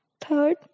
Third